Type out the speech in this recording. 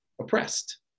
oppressed